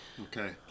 Okay